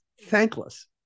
thankless